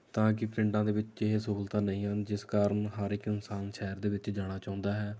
ਤਾਂ ਕਿ ਪਿੰਡਾਂ ਦੇ ਵਿੱਚ ਇਹ ਸਹੂਲਤਾਂ ਨਹੀਂ ਹਨ ਜਿਸ ਕਾਰਨ ਹਰ ਇੱਕ ਇਨਸਾਨ ਸ਼ਹਿਰ ਦੇ ਵਿੱਚ ਜਾਣਾ ਚਾਹੁੰਦਾ ਹੈ